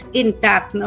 intact